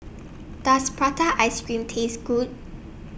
Does Prata Ice Cream Taste Good